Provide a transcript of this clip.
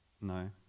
No